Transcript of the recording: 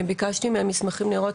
ביקשתי מהם מסמכים לראות,